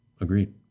Agreed